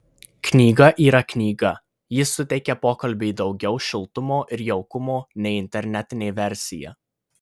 knyga yra knyga ji suteikia pokalbiui daugiau šiltumo ir jaukumo nei internetinė versija